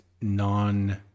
non